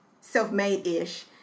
self-made-ish